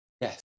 Yes